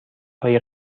هایی